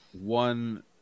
One